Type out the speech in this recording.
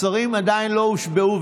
השרים עדיין לא הושבעו,